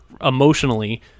emotionally